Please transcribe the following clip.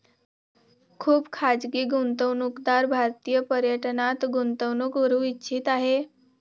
खुप खाजगी गुंतवणूकदार भारतीय पर्यटनात गुंतवणूक करू इच्छित आहे